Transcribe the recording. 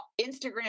instagram